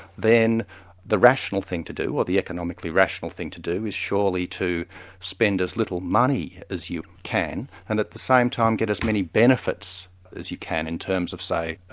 then the rational thing to do, or the economically rational thing to do is surely to spend as little money as you can, and at the same time get as many benefits as you can, in terms of say,